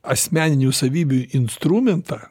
asmeninių savybių instrumentą